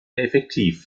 effektiv